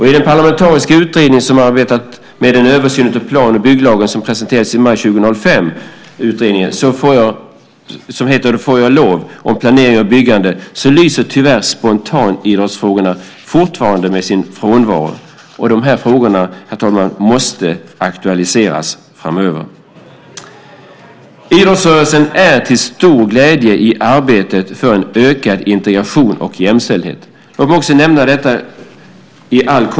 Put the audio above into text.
I den parlamentariska utredning som arbetat med en översyn av plan och bygglagen som presenterades i maj 2005 och som heter Får jag lov? Om planering och byggande lyser tyvärr spontanidrottsfrågorna fortfarande med sin frånvaro. Dessa frågor, herr talman, måste aktualiseras framöver. Idrottsrörelsen är till stor glädje i arbetet för ökad integration och jämställdhet.